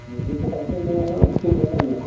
बिदि खोथाखोनो सिन्था खालामना